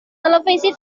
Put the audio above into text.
televisi